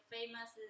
famous